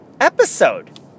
episode